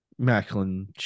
Macklin